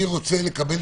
אני רוצה לקבל